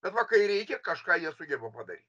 kad va kai reikia kažką jie sugeba padary